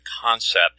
concept